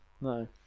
No